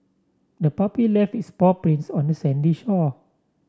the puppy left its paw prints on the sandy shore